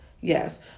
yes